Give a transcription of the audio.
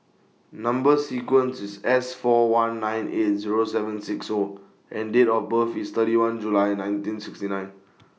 Number sequence IS S four one nine eight Zero seven six O and Date of birth IS thirty one July nineteen sixty nine